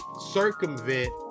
circumvent